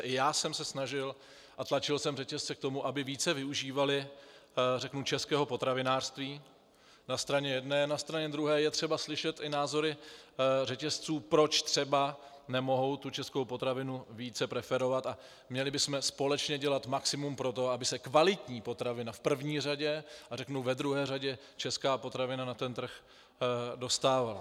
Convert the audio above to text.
I já jsem se snažil a tlačil jsem řetězce k tomu, aby více využívaly českého potravinářství na straně jedné, na straně druhé je třeba slyšet i názory řetězců, proč třeba nemohou českou potravinu více preferovat, a měli bychom společně dělat maximum pro to, aby se kvalitní potravina řeknu v první řadě a řeknu ve druhé řadě česká potravina na trh dostávala.